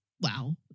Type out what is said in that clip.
wow